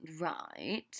right